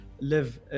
live